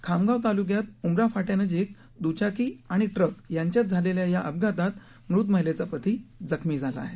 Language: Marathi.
खामगाव तालुक्यात उमरा फाट्यानजीक दुचाकी आणि ट्रक यांच्यात झालेल्या या अपघातात मृत महिलेचा पती जखमी झाला आहे